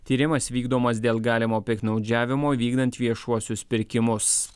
tyrimas vykdomas dėl galimo piktnaudžiavimo vykdant viešuosius pirkimus